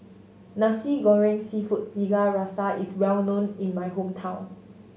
Nasi Goreng Seafood Tiga Rasa is well known in my hometown